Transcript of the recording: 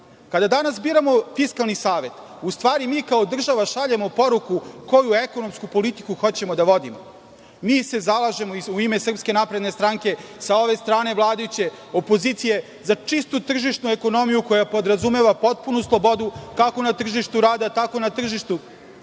danas biramo Fiskalni savet u stvari mi kao država šaljemo poruku koju ekonomsku politiku hoćemo da vodimo. Mi se zalažemo u ime SNS sa ove strane vladajuće opozicije za čistu tržišnu ekonomiju koja podrazumeva potpunu slobodu kako na tržištu rada, tako na tržištu